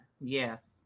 yes